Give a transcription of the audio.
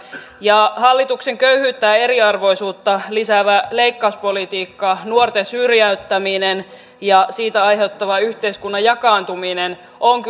hallituksen köyhyyttä ja ja eriarvoisuutta lisäävä leikkauspolitiikka nuorten syrjäyttäminen ja siitä aiheutuva yhteiskunnan jakaantuminen ovat